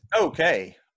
Okay